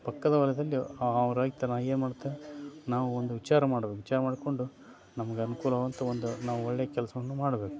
ಪಕ್ಕದ ಹೊಲದಲ್ಲೂ ಆ ರೈತನು ಏನು ಮಾಡ್ತಾನೆ ನಾವು ಒಂದು ವಿಚಾರ ಮಾಡಬೇಕು ವಿಚಾರ ಮಾಡಿಕೊಂಡು ನಮ್ಗೆ ಅನುಕೂಲವಾದಂಥ ಒಂದು ನಾವು ಒಳ್ಳೆ ಕೆಲಸವನ್ನು ಮಾಡಬೇಕು